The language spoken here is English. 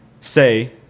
say